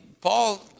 Paul